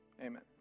Amen